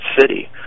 city